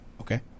Okay